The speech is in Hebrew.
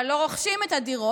אבל לא רוכשים את הדירות,